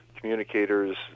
communicators